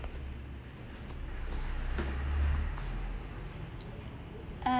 uh